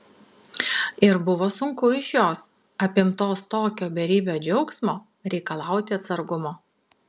ir buvo sunku iš jos apimtos tokio beribio džiaugsmo reikalauti atsargumo